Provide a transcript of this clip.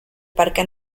parque